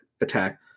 attack